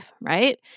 right